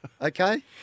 Okay